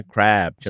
Crab